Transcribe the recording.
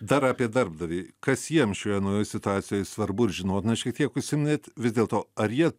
dar apie darbdavį kas jiem šioje naujoj situacijoj svarbu ir žinot na šiek tiek užsiminėt vis dėl to ar jie